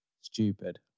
Stupid